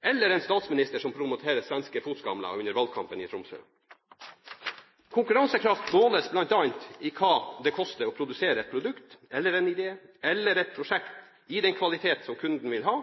eller en statsminister som promoterer svenske fotskamler under valgkampen i Tromsø. Konkurransekraft måles bl.a. i hva det koster å produsere et produkt, en idé eller et prosjekt i den kvaliteten som kunden vil ha,